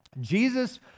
Jesus